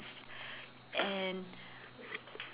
and